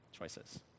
choices